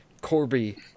Corby